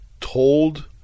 told